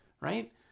right